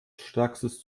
stärkstes